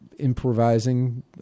improvising